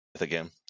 again